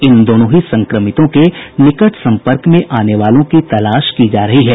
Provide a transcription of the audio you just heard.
इन दोनों ही संक्रमितों के निकट संपर्क में आने वालों की तलाश की जा रही है